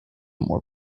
more